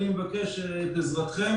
על סדר היום דיווח על תשלום הפיצויים לעסקים